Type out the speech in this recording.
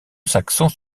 saxons